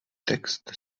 text